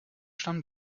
stammen